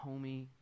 homie